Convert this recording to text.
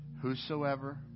Whosoever